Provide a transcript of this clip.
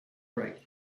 right